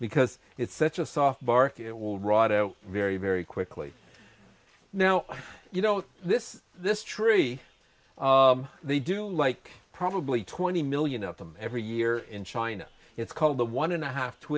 because it's such a soft bark it will rot out very very quickly now you know this this tree they do like probably twenty million of them every year in china it's called the one and a half tw